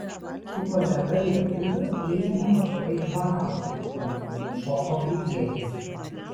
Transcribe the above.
su kolega lietuviu ėjome vakare iš baro ir prie mūsų prišoko afrikietis